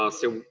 ah so,